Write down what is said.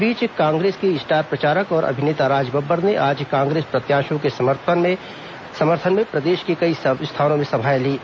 इस बीच कांग्रेस के स्टार प्रचारक और अभिनेता राज बब्बर ने आज कांग्रेस प्रत्याशियों के समर्थन में प्रदेश के कई स्थानों में सभाएं लीं